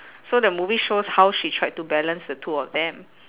so the movie shows how she tried to balance the two of them